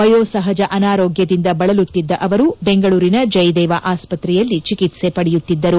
ವಯೋಸಹಜ ಅನಾರೋಗ್ದದಿಂದ ಬಳಲುತ್ತಿದ್ದ ಅವರು ಬೆಂಗಳೂರಿನ ಜಯದೇವ ಆಸ್ಪತ್ರೆಯಲ್ಲಿ ಚಿಕಿತ್ಸೆ ಪಡೆಯುತ್ತಿದ್ದರು